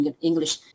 English